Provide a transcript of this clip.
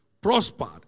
prospered